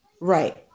right